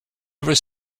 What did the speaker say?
ever